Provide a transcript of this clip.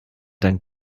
dank